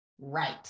Right